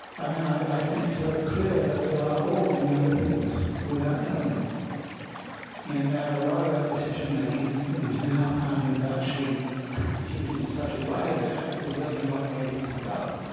i mean i think it's very clear that we are all neoliberals without knowing it in that a lot of our decision making is now kind of actually constituted in such a way that there was only one way we can go.